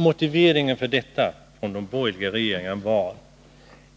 Motiveringen för detta från de borgerliga regeringarna var att